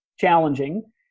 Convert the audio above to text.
challenging